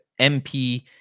MP